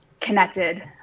connected